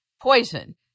poison